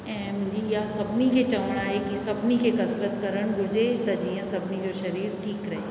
ऐं मुंहिंजी इहा सभिनी खे चवण आहे की सभिनी खे कसरत करणु घुरिजे त जीअं सभिनी जो शरीरु ठीकु रहे